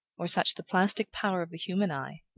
or such the plastic power of the human eye,